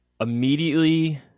Immediately